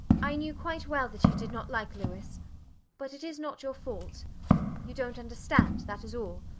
i knew quite well that you did not like louis but it is not your fault you dont understand that is all.